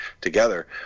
together